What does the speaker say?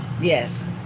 Yes